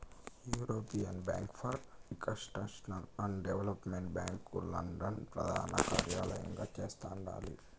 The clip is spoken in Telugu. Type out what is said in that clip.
European bank for reconstruction and development bank London ప్రదానకార్యలయంగా చేస్తండాలి